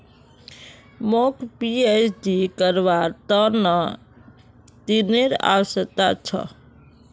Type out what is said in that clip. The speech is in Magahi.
मौक पीएचडी करवार त न ऋनेर आवश्यकता छ